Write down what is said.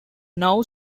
now